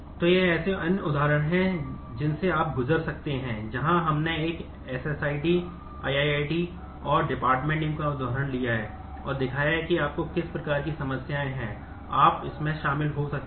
तो ये ऐसे अन्य उदाहरण हैं जिनसे आप गुजर सकते हैं जहां हमने एक s ID i ID और dept name का उदाहरण लिया है और दिखाया है कि आपको किस प्रकार की समस्याएं हैं आप इसमें शामिल हो सकते हैं